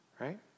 Right